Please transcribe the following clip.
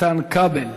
איתן כבל,